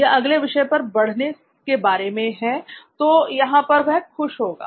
यह अगले विषय पर बढ़ने के बारे में है तो यहां वह खुश होगा